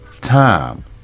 time